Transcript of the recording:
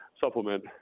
supplement